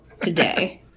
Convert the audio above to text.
today